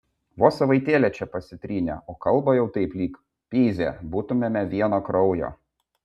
vos savaitėlę čia pasitrynė o kalba jau taip lyg pizė būtumėme vieno kraujo